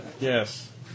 Yes